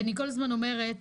אני כל הזמן שואלת